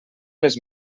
les